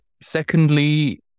secondly